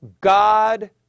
God